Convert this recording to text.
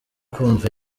kumva